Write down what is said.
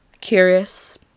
Curious